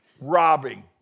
robbing